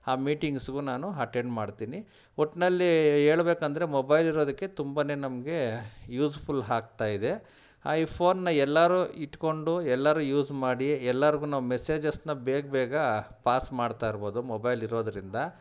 ಆ ಮೀಟಿಂಗ್ಸ್ಗೂ ನಾನು ಅಟೆಂಡ್ ಮಾಡ್ತೀನಿ ಒಟ್ನಲ್ಲಿ ಹೇಳಬೇಕಂದ್ರೆ ಮೊಬೈಲ್ ಇರೋದಕ್ಕೆ ತುಂಬಾ ನಮಗೆ ಯೂಸ್ಫುಲ್ ಆಗ್ತಾ ಇದೆ ಈ ಫೋನನ್ನ ಎಲ್ಲರೂ ಇಟ್ಟುಕೊಂಡು ಎಲ್ಲರೂ ಯೂಸ್ ಮಾಡಿ ಎಲ್ಲರಿಗೂ ನಾವು ಮೆಸೇಜಸ್ಸನ್ನ ಬೇಗ ಬೇಗ ಪಾಸ್ ಮಾಡ್ತಾ ಇರ್ಬೋದು ಮೊಬೈಲ್ ಇರೋದ್ರಿಂದ